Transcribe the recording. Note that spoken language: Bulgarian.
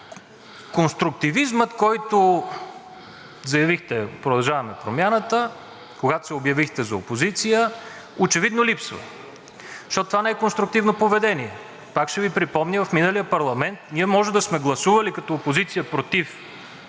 Конструктивизмът, който заявихте от „Продължаваме Промяната“, когато се обявихте за опозиция, очевидно липсва, защото това не е конструктивно поведение. Пак ще Ви припомня, че в миналия парламент ние може да сме гласували като опозиция против господин